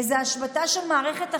איזה השבתה של מערכת החינוך?